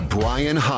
Brian